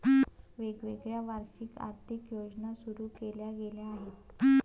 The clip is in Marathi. वेगवेगळ्या वर्षांत आर्थिक योजना सुरू केल्या गेल्या आहेत